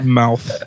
mouth